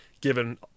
given